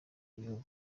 w’igihugu